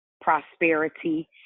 prosperity